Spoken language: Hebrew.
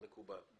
מקובל.